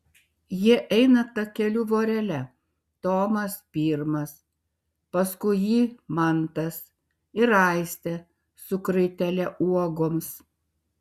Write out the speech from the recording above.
jie eina takeliu vorele tomas pirmas paskui jį mantas ir aistė su kraitele uogoms